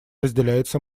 разделяется